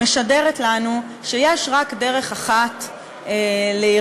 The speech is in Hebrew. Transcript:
משדרת לנו שיש רק דרך אחת להיראות,